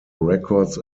records